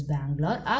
Bangalore